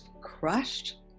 crushed